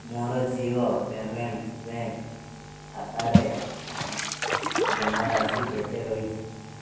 ମୋର Jio Payments Bank ଖାତାରେ ଜମାରାଶି କେତେ ରହିଛି